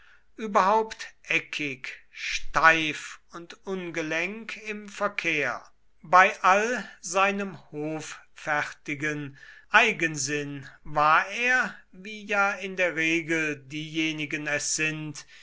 überhaupt eckig steif und ungelenk im verkehr bei all seinem hoffärtigen eigensinn war er wie ja in der regel diejenigen es sind